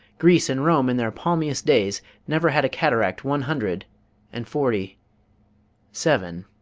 greece and rome in their palmiest days never had a cataract one hundred and forty seven